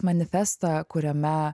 manifestą kuriame